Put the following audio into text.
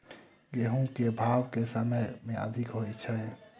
गेंहूँ केँ भाउ केँ समय मे अधिक होइ छै?